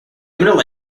middle